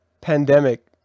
pandemic